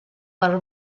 per